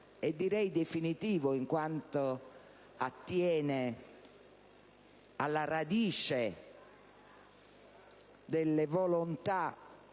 e direi definitivo, in quanto attiene alla radice delle volontà